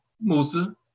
Musa